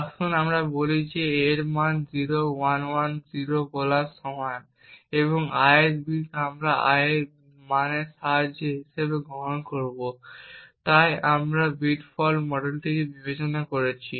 আসুন বলি যে a এর মান 0110 বলার সমান এবং ith বিট আমরা i এর মান 2 হিসাবে গ্রহণ করব তাই আমরা বিট ফল্ট মডেলটি বিবেচনা করছি